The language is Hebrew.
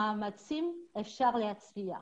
והמאמצים אפשר להצליח.